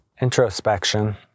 introspection